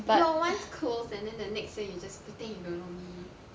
we were once close and then the next day you pretend you don't know me